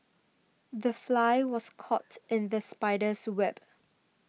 the fly was caught in the spider's web